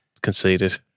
conceded